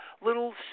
little